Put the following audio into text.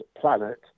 planet